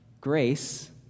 grace